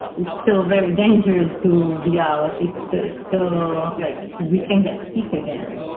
it's still very dangerous to be out. it's it's still like we can get sick again